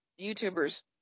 YouTubers